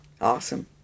Awesome